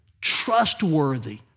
trustworthy